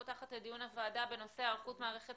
אני פותחת את הדיון בנושא: היערכות מערכת